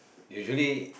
usually